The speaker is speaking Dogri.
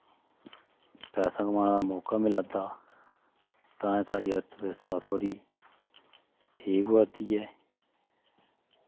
पैसा कमाने मौका मिलादा तां गै साढ़ी अर्थव्यवस्था थोह्ड़ी ठीक होआ दी ऐ